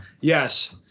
Yes